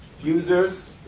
users